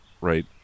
right